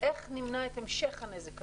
איך נמנע את המשך הנזק הזה,